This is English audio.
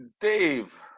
Dave